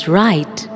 right